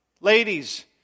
Ladies